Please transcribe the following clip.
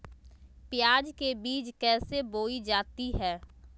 प्याज के बीज कैसे बोई जाती हैं?